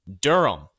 Durham